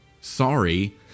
Sorry